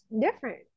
different